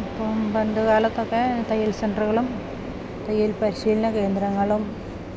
ഇപ്പം പണ്ടുകാലത്തൊക്കെ തയ്യൽ സെൻൻ്ററുകളും തയ്യൽ പരിശീലന കേന്ദ്രങ്ങളും